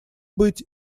быть